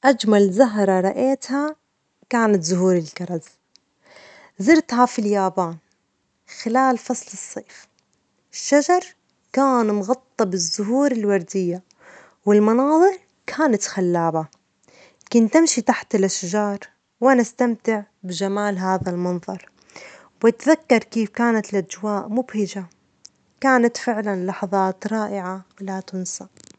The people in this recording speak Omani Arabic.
أجمل زهرة رأيتها كانت زهور الكرز، زرتها في اليابان خلال فصل الصيف، الشجر كان مغطى بالزهور الوردية والمناظر كانت خلابة، كنت أمشي تحت الأشجار وأنا أستمتع بجمال هذا المنظر، وأتذكر كيف كانت الأجواء مبهجة ،كانت فعلا لحظات رائعة لا تنسى.